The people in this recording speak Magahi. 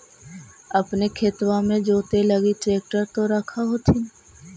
अपने खेतबा मे जोते लगी ट्रेक्टर तो रख होथिन?